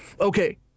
Okay